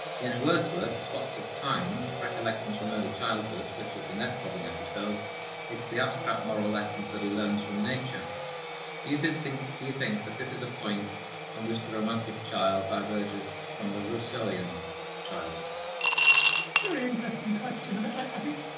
and in wordsworth's spots of time recollections from early childhood such as the nest robbing episode it's the abstract moral lessons that he learns from nature do you think think do you think that this is a point on which the romantic child diverges from the rousseauian child it's a very interesting question and i mean i i think